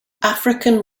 african